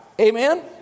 Amen